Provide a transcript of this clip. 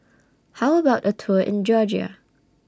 How about A Tour in Georgia